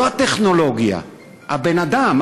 לא הטכנולוגיה, הבן-אדם.